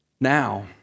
Now